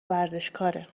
ورزشکاره